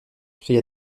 cria